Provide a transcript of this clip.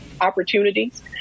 opportunities